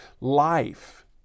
Life